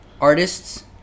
artists